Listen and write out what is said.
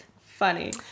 funny